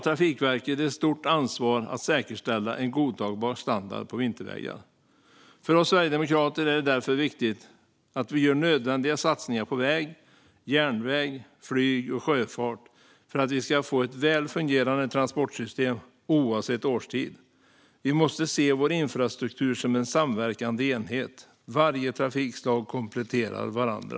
Trafikverket har ett stort ansvar att säkerställa en godtagbar standard på vintervägar. För oss sverigedemokrater är det viktigt att vi gör nödvändiga satsningar på väg, järnväg, flyg och sjöfart för att vi ska få ett väl fungerande transportsystem oavsett årstid. Vi måste se vår infrastruktur som en samverkande enhet. Varje trafikslag kompletterar de andra.